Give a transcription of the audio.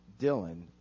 Dylan